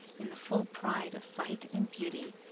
in the full pride of sight and beauty,